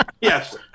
Yes